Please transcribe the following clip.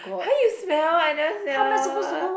!huh! you smell I never smell